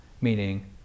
meaning